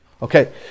Okay